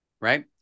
Right